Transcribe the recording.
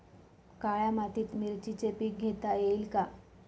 काळ्या मातीत मिरचीचे पीक घेता येईल का?